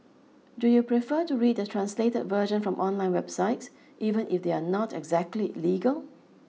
do you prefer to read the translated version from online websites even if they are not exactly legal